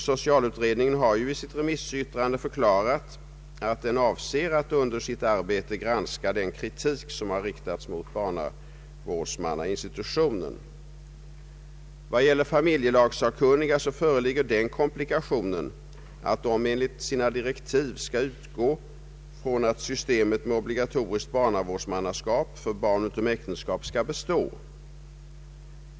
Socialutredningen har i sitt remissyttrande förklarat att den avser att under sitt arbete granska den kritik som har riktats mot barnavårdsmannainstitutionen. Vad gäller familjelagssakkunniga föreligger den komplikationen att de enligt sina direktiv skall utgå ifrån att systemet med obligatoriskt baranvårdsmannaskap för barn utom äktenskap skall bestå.